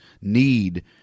need